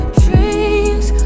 dreams